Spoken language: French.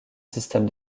système